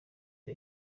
the